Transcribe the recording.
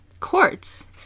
Quartz